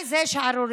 בעיניי זאת שערורייה.